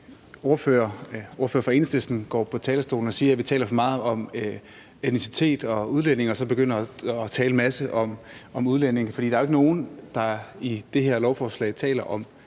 ordførere fra Enhedslisten går på talerstolen og siger, at vi taler for meget om etnicitet og udlændinge, og de så begynder at tale en masse om udlændinge. For der er jo ikke nogen, der i det her lovforslag taler om